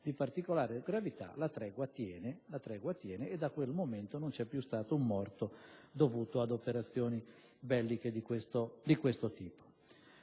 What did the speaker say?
di particolare gravità. Da quel momento non vi è più stato un morto dovuto ad operazioni belliche di questo tipo.